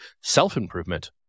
self-improvement